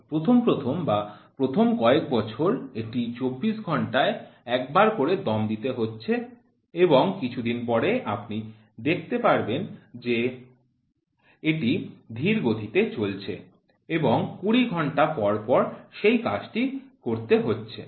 প্রথম প্রথম বা প্রথম কয়েক বছর এটি ২৪ ঘন্টায় একবার করে দম দিতে হচ্ছে এবং কিছুদিন পরে আপনি দেখতে পাবেন যে এটি ধীরগতিতে চলছে এবং ২০ ঘন্টা পরপর সেই কাজটি করতে হচ্ছে